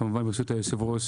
כמובן ברשות יושב הראש